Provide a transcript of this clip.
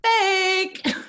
fake